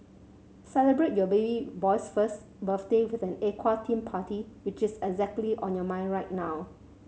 celebrate your baby boy's first birthday with an aqua theme party which is exactly on your mind right now